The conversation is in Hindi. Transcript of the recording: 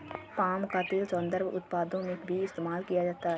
पाम का तेल सौन्दर्य उत्पादों में भी इस्तेमाल किया जाता है